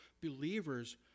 believer's